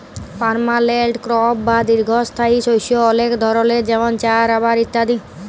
permanent crop বা দীঘ্ঘস্থায়ী শস্য অলেক ধরলের যেমল চাঁ, রাবার ইত্যাদি